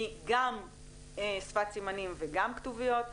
גם משפת סימנים וגם כתוביות,